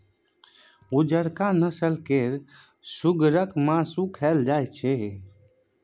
उजरका नस्ल केर सुगरक मासु खाएल जाइत छै